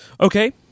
Okay